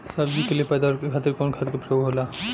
सब्जी के लिए पैदावार के खातिर कवन खाद के प्रयोग होला?